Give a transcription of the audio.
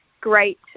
great